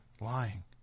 lying